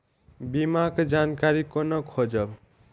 बीमा के जानकारी कोना खोजब?